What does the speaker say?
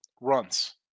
runs